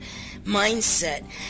mindset